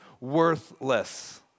worthless